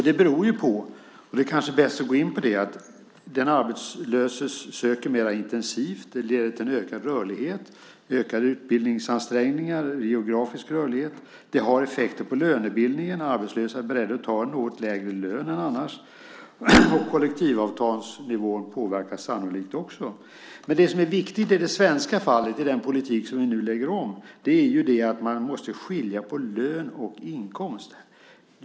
Det beror ju på - det kanske är bäst att gå in på det - att den arbetslöse söker mer intensivt, att rörligheten ökar, att utbildningsansträngningarna ökar och att den geografiska rörligheten ökar. Det har också effekter på lönebildningen: Arbetslösa är beredda att ta en något lägre lön än annars, och kollektivavtalsnivåerna påverkas sannolikt också. Men det som är viktigt i det svenska fallet i den politik som vi nu lägger om är att man måste skilja på lön och inkomst.